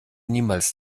niemals